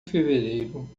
fevereiro